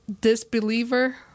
disbeliever